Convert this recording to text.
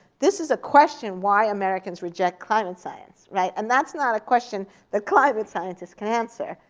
this is a question why americans reject climate science, right? and that's not question that climate scientists can answer.